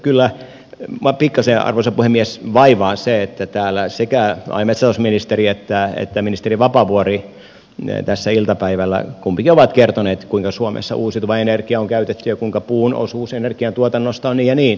kyllä minua pikkasen arvoisa puhemies vaivaa se että täällä sekä maa ja metsätalousministeri että ministeri vapaavuori tässä iltapäivällä kumpikin ovat kertoneet kuinka suomessa uusiutuvaa energiaa on käytetty ja kuinka puun osuus energiantuotannosta on niin ja niin